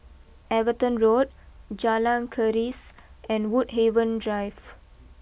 Everton Road Jalan Keris and Woodhaven Drive